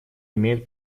имеет